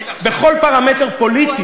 בכל פרמטר פוליטי,